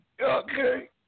Okay